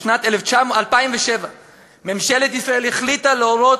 בשנת 2007 ממשלת ישראל החליטה להורות